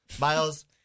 Miles